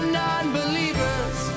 non-believers